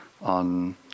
on